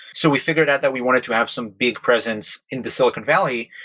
so we figured out that we wanted to have some big presence in the silicon valley.